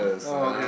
oh okay